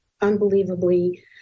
unbelievably